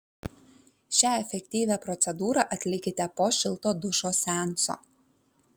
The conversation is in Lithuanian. šią efektyvią procedūrą atlikite po šilto dušo seanso